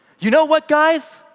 you know what, guys,